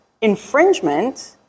infringement